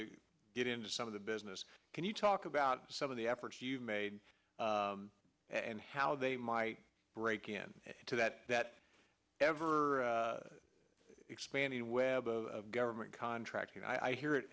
to get into some of the business can you talk about some of the efforts you've made and how they might break in to that that ever expanding web of government contracting i hear it